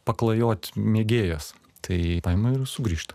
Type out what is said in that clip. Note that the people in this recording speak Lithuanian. paklajot mėgėjas tai paima ir sugrįžta